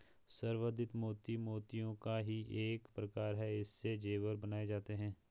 संवर्धित मोती मोतियों का ही एक प्रकार है इससे जेवर बनाए जाते हैं